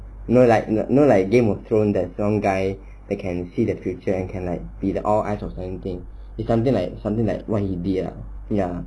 you know like you know like game of throne that throne guy they can see the future and can like beat the all guys in end games if I get like something like what he did lah ya